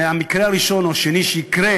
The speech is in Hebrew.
מהמקרה הראשון או השני שיקרה.